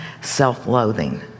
self-loathing